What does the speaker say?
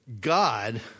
God